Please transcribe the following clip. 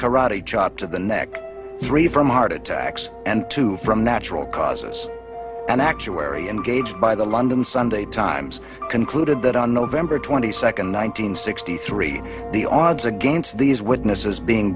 karate chop to the neck three from heart attacks and two from natural causes an actuary engaged by the london sunday times concluded that on november twenty second one nine hundred sixty three the odds against these witnesses being